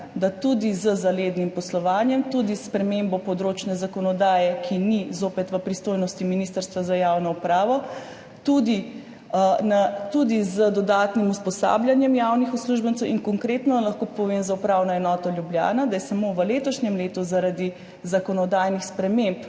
da tudi z zalednim poslovanjem, tudi s spremembo področne zakonodaje, ki, zopet, ni v pristojnosti Ministrstva za javno upravo, tudi z dodatnim usposabljanjem javnih uslužbencev. In konkretno lahko povem za Upravno enoto Ljubljana, da je samo v letošnjem letu zaradi zakonodajnih sprememb